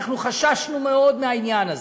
אנחנו חששנו מאוד מהעניין הזה.